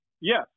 Yes